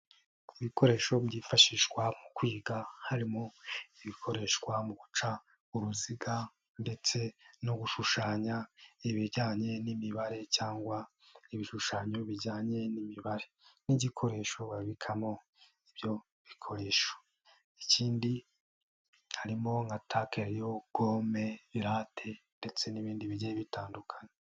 Ku bikoresho byifashishwa mu kwiga, harimo ibikoreshwa mu guca uruziga ndetse no gushushanya ibijyanye n'imibare cyangwa ibishushanyo bijyanye n'imibare, n'igikoresho babikamo ibyo bikoresho. Ikindi harimo: nka ta kereyo, gome, irate ndetse n'ibindi bigiye bitandukanye.